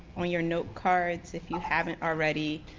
on your note cards, if you haven't already,